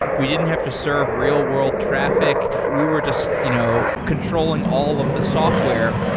we didn't have to serve real-world traffic. we were just you know controlling all of the software.